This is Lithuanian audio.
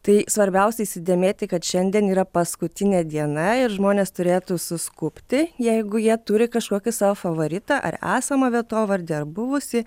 tai svarbiausia įsidėmėti kad šiandien yra paskutinė diena ir žmonės turėtų suskubti jeigu jie turi kažkokį savo favoritą ar esamą vietovardį ar buvusį